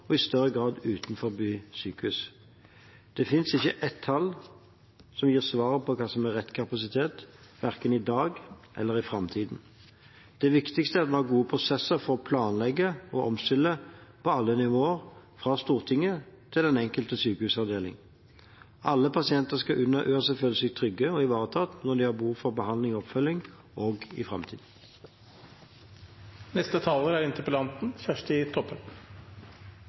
og i større grad utenfor sykehus. Det finnes ikke ett tall som gir svaret på hva som er rett kapasitet – verken i dag eller i framtiden. Det viktigste er at vi har gode prosesser for å planlegge og omstille – på alle nivåer, fra Stortinget til den enkelte sykehusavdeling. Alle pasienter skal uansett føle seg trygge og ivaretatt når de har behov for behandling og oppfølging, også i framtiden. I Nasjonal helse- og sykehusplan står det frå regjeringa si side at det er